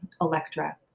Electra